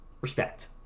respect